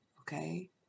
okay